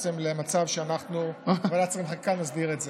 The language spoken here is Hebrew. זה יבוא למצב שאנחנו בוועדת שרים לחקיקה נסדיר את זה.